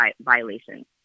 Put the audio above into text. violations